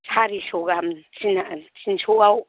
सारिस' गाहाम तिनस'आव